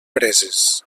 preses